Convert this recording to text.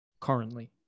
currently